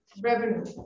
revenue